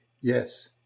Yes